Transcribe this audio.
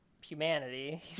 humanity